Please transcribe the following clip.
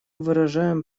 выражаем